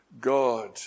God